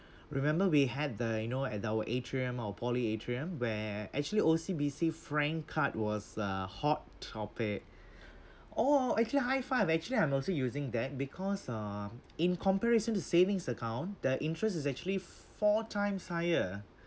remember we had the you know at our atrium our poly atrium where actually O_C_B_C frank card was a hot topic or actually high five actually I'm also using that because uh in comparison to savings account the interest is actually four times higher